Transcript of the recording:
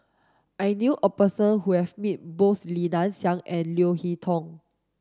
I knew a person who has met both Li Nanxing and Leo Hee Tong